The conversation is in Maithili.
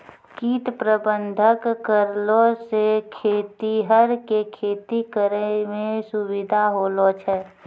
कीट प्रबंधक करलो से खेतीहर के खेती करै मे सुविधा होलो छै